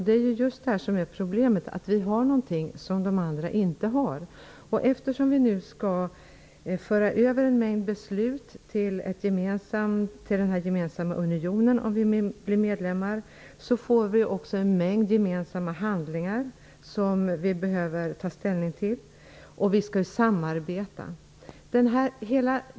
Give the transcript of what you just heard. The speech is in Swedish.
Det är just det som är problemet, nämligen att Sverige har något som de andra länderna inte har. Eftersom vi nu skall föra över en mängd beslut till den gemensamma unionen, om vi blir medlemmar, får vi också en mängd gemensamma handlingar som vi behöver ta ställning till; vi skall ju samarbeta.